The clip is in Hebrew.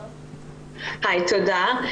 תודה.